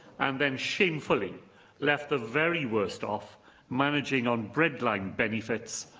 and then shamefully left the very worst-off managing on breadline benefits,